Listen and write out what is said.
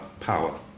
power